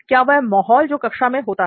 क्या वह माहौल जो कक्षा में होता है